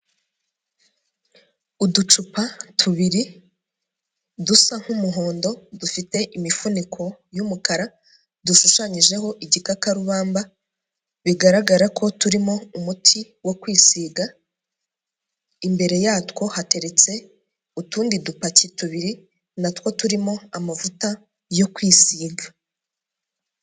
Uducupa tubiri dusa nk'umuhondo, dufite imifuniko y'umukara, dushushanyijeho igikakarubamba, bigaragara ko turimo umuti wo kwisiga, imbere yatwo hateretse utundi dupaki tubiri na two turimo amavuta yo kwisiga.